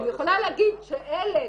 אני יכולה להגיד שאלה